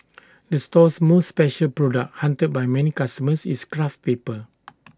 the store's most special product hunted by many customers is craft paper